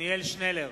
עתניאל שנלר,